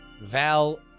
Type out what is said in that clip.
Val